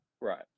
Right